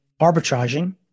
arbitraging